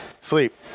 Sleep